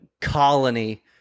colony